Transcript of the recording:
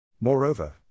Moreover